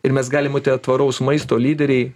ir mes galim būti tvaraus maisto lyderiai